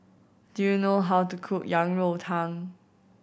do you know how to cook Yang Rou Tang